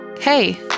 Hey